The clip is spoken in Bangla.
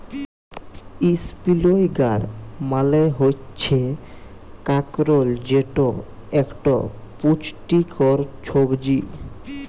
ইসপিলই গাড় মালে হচ্যে কাঁকরোল যেট একট পুচটিকর ছবজি